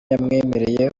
yamwemereye